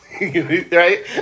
Right